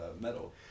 metal